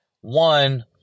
one